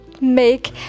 make